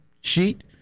sheet